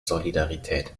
solidarität